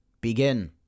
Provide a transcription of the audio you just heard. begin